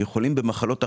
כי חולים במחלות אחרות,